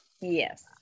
Yes